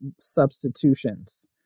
substitutions